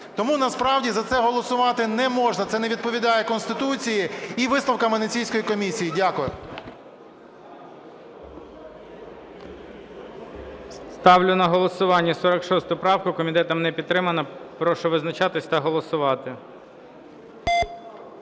Тому насправді за це голосувати не можна, це не відповідає конституції і висновкам Венеційської комісії. Дякую. ГОЛОВУЮЧИЙ. Ставлю на голосування 46 правку. Комітетом не підтримана. Прошу визначатись та голосувати.